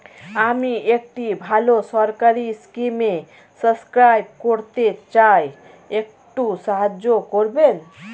আমি একটি ভালো সরকারি স্কিমে সাব্সক্রাইব করতে চাই, একটু সাহায্য করবেন?